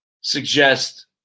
suggest